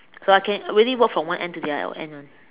so I can really walk from one end to the other end [one]